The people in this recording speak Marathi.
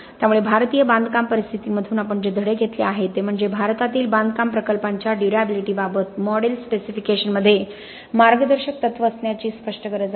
त्यामुळे भारतीय बांधकाम परिस्थितीमधून आपण जे धडे घेतले आहेत ते म्हणजे भारतातील बांधकाम प्रकल्पांच्या ड्युर्याबिलिटीबाबत मॉडेल स्पेसिफिकेशनमध्ये मार्गदर्शक तत्त्वे असण्याची स्पष्ट गरज आहे